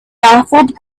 baffled